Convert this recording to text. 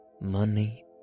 money